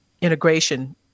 integration